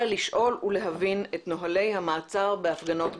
אלא לשאול ולהבין את נהלי המעצר בהפגנות בישראל.